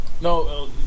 No